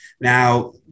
Now